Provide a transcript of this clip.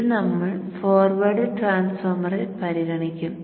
ഇത് നമ്മൾ ഫോർവേഡ് ട്രാൻസ്ഫോർമറിൽ പരിഗണിക്കും